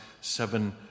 seven